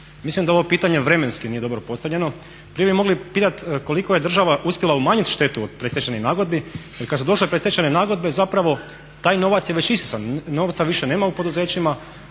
Mislim da ovo pitanje vremenski nije dobro postavljeno. Prije bi mogli pitat koliko je država uspjela umanjit štetu od predstečajnih nagodbi jer kad su došle predstečajne nagodbe zapravo taj novac je već isisan, novca više nema u poduzećima